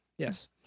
Yes